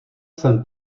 jsem